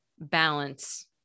balance